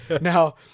Now